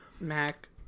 Mac